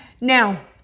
now